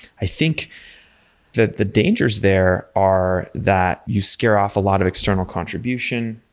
i think that the dangers there are that you scare off a lot of external contribution.